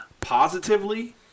positively